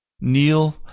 kneel